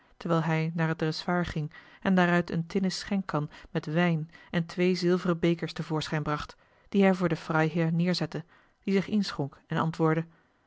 terwijl hij naar het dressoir ging en daaruit een tinnen schenkkan met wijn en twee zilveren bekers te voorschijn bracht die hij voor den freiherr neêrzette die zich inschonk en antwoordde